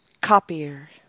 copier